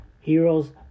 Heroes